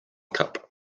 cup